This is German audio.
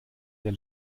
der